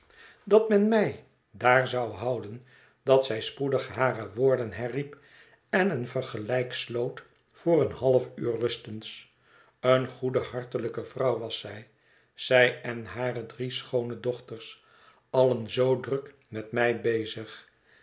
dat men mij daar zou houden dat zij spoedig hare woorden herriep en een vergelijk sloot voor een halfuur rustens eene goede hartelijke vrouw was zij zij en hare drie schoone dochters allen zoo druk met mij bezig